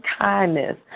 kindness